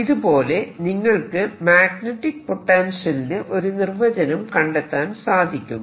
ഇതുപോലെ നിങ്ങൾക്ക് മാഗ്നെറ്റിക് പൊട്ടൻഷ്യലിന് ഒരു നിർവചനം കണ്ടെത്താൻ സാധിക്കുമോ